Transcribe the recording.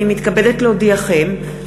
הנני מתכבדת להודיעכם,